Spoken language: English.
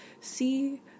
see